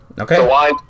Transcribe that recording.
okay